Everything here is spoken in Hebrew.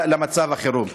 למצב החירום.